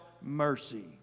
mercy